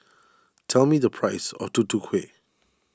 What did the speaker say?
tell me the price of Tutu Kueh